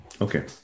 Okay